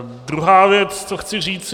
Druhá věc, co chci říci.